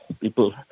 people